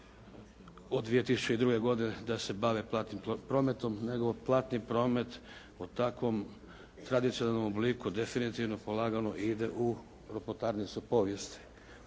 od 2002. godine da se bave platnim prometom, nego platni promet u takvom tradicionalnom obliku definitivno polagano ide u ropotarnicu povijesti.